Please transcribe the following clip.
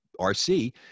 RC